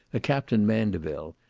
a captain mandaville,